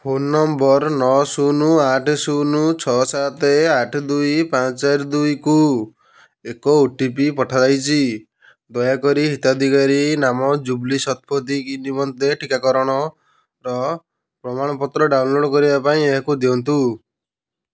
phone number ନଅ ଶୂନ ଆଠ ଶୂନ ଛଅ ସାତ ଆଠ ଦୁଇ ପାଞ୍ଚ ଚାରି ଦୁଇକୁ ଏକ ଓ ଟି ପି ପଠାଯାଇଛି ଦୟାକରି ହିତାଧିକାରୀ ନାମ ଜୁବ୍ଲି ଶତପଥୀ ନିମନ୍ତେ ଟିକାକରଣର ପ୍ରମାଣପତ୍ର ଡ଼ାଉନଲୋଡ଼୍ କରିବା ପାଇଁ ଏହାକୁ ଦିଅନ୍ତୁ